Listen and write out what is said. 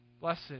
Blessed